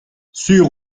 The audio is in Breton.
sur